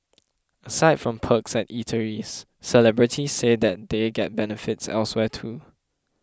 aside from perks at eateries celebrities say that they get benefits elsewhere too